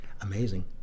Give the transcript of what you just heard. amazing